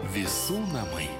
visų namai